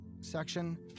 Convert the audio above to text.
section